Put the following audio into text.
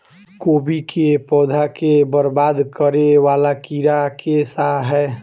कोबी केँ पौधा केँ बरबाद करे वला कीड़ा केँ सा है?